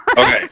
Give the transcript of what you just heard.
Okay